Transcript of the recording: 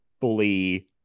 fully